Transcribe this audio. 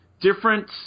different